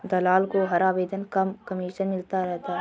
दलाल को हर आवेदन का कमीशन मिलता है